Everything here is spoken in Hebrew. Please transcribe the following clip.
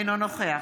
אינו נוכח